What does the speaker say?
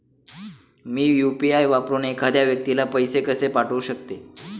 मी UPI वापरून एखाद्या व्यक्तीला पैसे कसे पाठवू शकते?